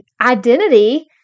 identity